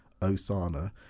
Osana